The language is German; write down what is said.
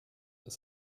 ist